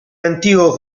antico